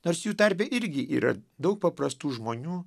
nors jų tarpe irgi yra daug paprastų žmonių